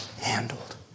handled